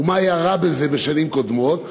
מה היה רע בזה בשנים קודמות?